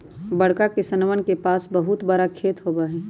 बड़का किसनवन के पास बहुत बड़ा खेत होबा हई